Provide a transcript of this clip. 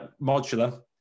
modular